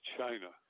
China